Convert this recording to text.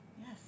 yes